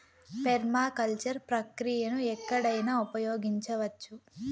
permaculture ప్రక్రియను ఎక్కడైనా ఉపయోగించవచ్చు